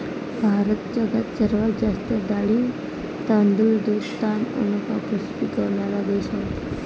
भारत जगात सर्वात जास्त डाळी, तांदूळ, दूध, ताग अन कापूस पिकवनारा देश हाय